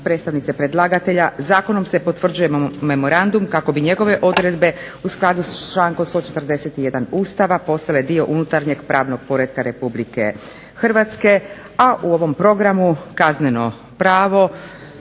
predstavnice predlagatelja zakonom se potvrđuje Memorandum kako bi njegove odredbe u skladu s člankom 141. Ustava postale dio unutarnjeg pravnog poretka RH, a u ovom Programu Kazneno pravo